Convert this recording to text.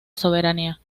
soberanía